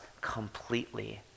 completely